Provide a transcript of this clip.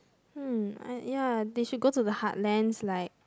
hmm ah ya they should go to the heartlands like